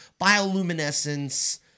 bioluminescence